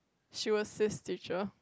she was sis teacher